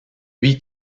lui